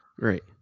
Right